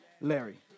Larry